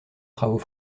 travaux